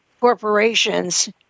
corporations